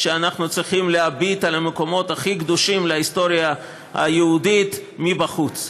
שבה אנחנו צריכים להביט על המקומות הכי קדושים להיסטוריה היהודית מבחוץ.